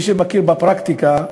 מי שמכיר בפרקטיקה,